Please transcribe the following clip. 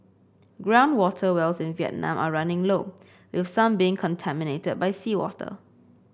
ground water wells in Vietnam are running low with some being contaminated by seawater